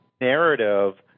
narrative